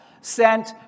sent